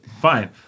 Fine